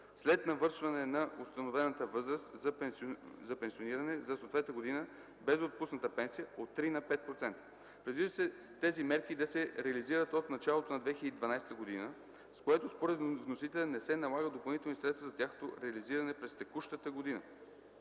след навършване на установената възраст за пенсиониране за съответната година, без да е отпусната пенсия от 3 на 5%. Предвижда се тези мерки да се реализират от началото на 2012 г., с което според вносителите не се налагат допълнителни средства за тяхното реализиране през текущата година.